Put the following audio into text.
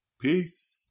peace